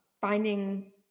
finding